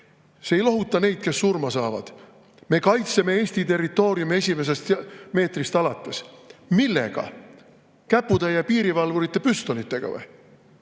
See ei lohuta neid, kes surma saavad. Me kaitseme Eesti territooriumi esimesest meetrist alates. Millega? Käputäie piirivalvurite püstolitega või?